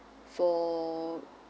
for